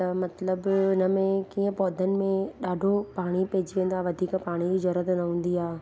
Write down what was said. त मतिलबु हुनमें कीअं पौधनि में ॾाढो पाणी पइजी वेंदो आहे वधीक पाणी जी ज़रूरत न हूंदी आहे